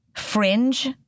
Fringe